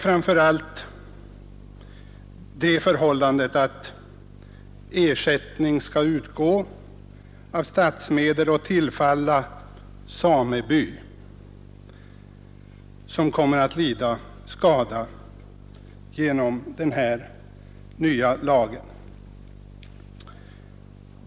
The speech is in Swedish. Framför allt gäller det att ersättning skall utgå av statsmedel och tillfalla sameby som kommer att lida skada genom den här nya lagen.